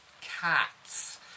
cats